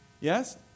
yes